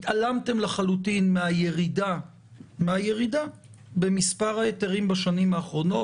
התעלמתם לחלוטין מהירידה במספר ההיתרים בשנים האחרונות.